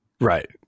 Right